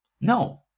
No